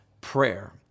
prayer